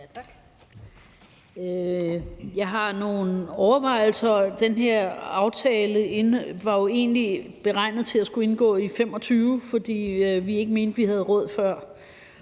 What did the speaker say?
Jeg har nogle overvejelser. Den her aftale var jo egentlig beregnet til at skulle indgås i 2025, fordi vi ikke mente, vi havde råd før,